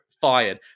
fired